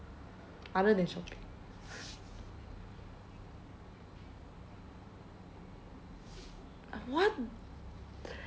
other than shopping what